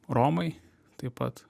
romai taip pat